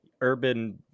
urban